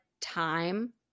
time